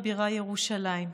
ירושלים.